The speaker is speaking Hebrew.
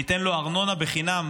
ניתן לו ארנונה חינם,